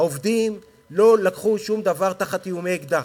העובדים לא לקחו שום דבר באיומי אקדח.